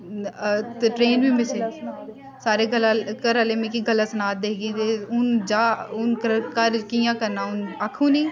ते ट्रेन बी मिस ऐ सारे घरा घरा आह्ले मिगी गल्लां सना दे कि हून जा हून कर कि'यां करना हून आक्ख उ'नेंई